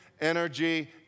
energy